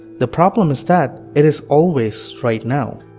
the problem is that it is always right now.